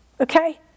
Okay